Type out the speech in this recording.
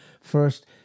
first